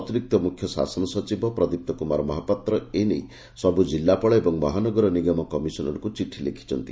ଅତିରିକ୍ତ ମୁଖ୍ୟ ଶାସନ ସଚିବ ପ୍ରଦୀପ୍ତ କୁମାର ମହାପାତ୍ର ଏ ନେଇ ସବୁ ଜିଲ୍ଲାପାଳ ଏବଂ ମହାନଗର ନିଗମ କମିଶନରଙ୍କୁ ଚିଠି ଲେଖିଛନ୍ତି